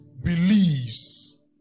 believes